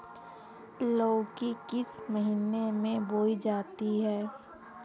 लौकी किस महीने में बोई जाती है?